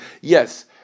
yes